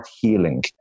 healing